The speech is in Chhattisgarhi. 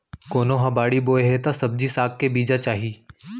कोनो ह बाड़ी बोए हे त सब्जी साग के बीजा चाही